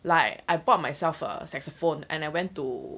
like I bought myself a saxophone and I went to